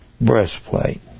breastplate